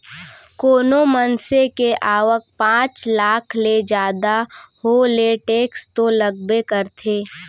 कोनो मनसे के आवक पॉच लाख ले जादा हो ले टेक्स तो लगबे करथे